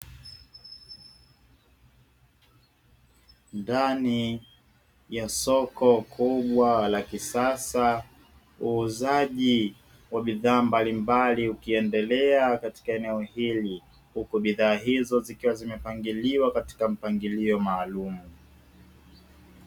Ndani ya soko kubwa la kisasa uuzaji wa bidhaa mbalimbali, ukiendelea katika eneo hili. Huku bidhaa hizo zikiwa zimepangiliwa katika mpangilio maalumu.